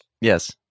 Yes